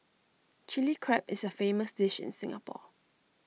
Chilli Crab is A famous dish in Singapore